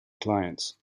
clients